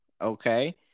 okay